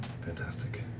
Fantastic